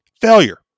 failure